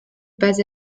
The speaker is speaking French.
pas